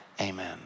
Amen